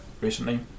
recently